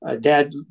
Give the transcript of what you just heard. dad